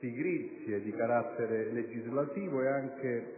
pigrizie di carattere legislativo e